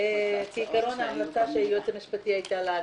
ההחלטה התקבלה.